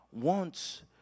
wants